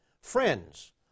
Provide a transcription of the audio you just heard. Friends